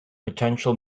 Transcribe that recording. potential